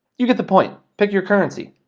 you get the point, pick your currency,